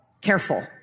Careful